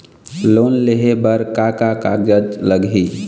Loan लेहे बर का का कागज लगही?